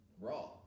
raw